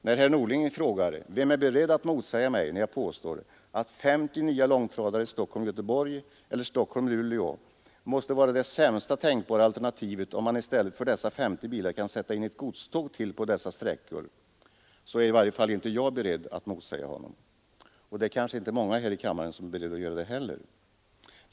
När herr Norling frågar: ”Vem är beredd att motsäga mig, när jag påstår att 50 nya långtradare Stockholm—Göteborg eller Stockholm—Luleå måste vara det sämsta tänkbara alternativet, om man i stället för dessa 50 bilar kan sätta in ett godståg till på dess så är i varje fall inte jag beredd att motsäga honom. Det är kanske inte många här i kammaren som är beredda att göra det heller.